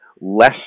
less